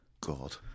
God